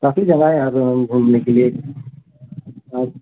काफ़ी जगह है यहाँ पर मैम घूमने के लिए आप